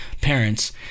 parents